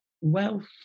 wealth